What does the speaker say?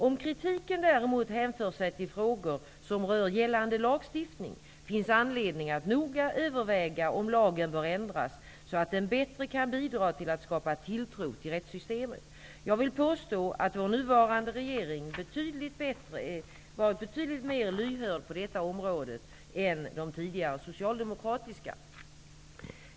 Om kritiken däremot hänför sig till frågor som rör gällande lagstiftning, finns anledning att noga överväga om lagen bör ändras så att den bättre kan bidra till att skapa tilltro till rättssystemet. Jag vill påstå att vår nuvarande regering varit betydligt mer lyhörd på detta område än de tidigare socialdemokratiska.